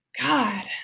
God